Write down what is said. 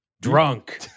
Drunk